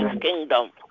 kingdom